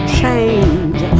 change